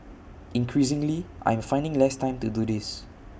increasingly I'm finding less time to do this